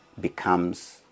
becomes